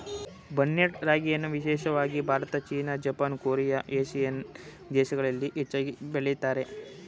barnyard ರಾಗಿಯನ್ನು ವಿಶೇಷವಾಗಿ Bharat, China, Japan, Korea, Asian ದೇಶಗಳಲ್ಲಿ ಹೆಚ್ಚಾಗಿ ಬೆಳಿತಾರೆ